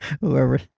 whoever